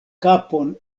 kapon